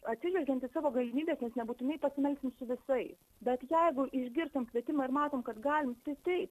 atsižvelgiant į savo galimybes nes nebūtinai pasimelsim su visais bet jeigu išgirdom kvietimą ir matom kad galim tai taip